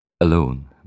alone